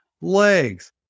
legs